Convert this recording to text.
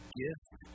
gift